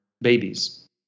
babies